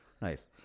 Nice